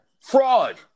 fraud